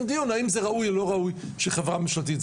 דיון אם זה ראוי או לא ראוי שחברה ממשלתית.